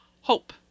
Hope